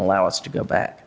allow us to go back